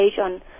on